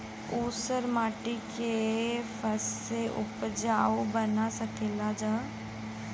ऊसर माटी के फैसे उपजाऊ बना सकेला जा?